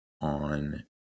on